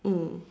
mm